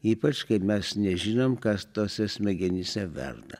ypač kai mes nežinom kas tose smegenyse verda